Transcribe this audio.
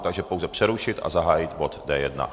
Takže pouze přerušit a zahájit bod D1.